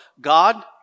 God